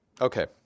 Okay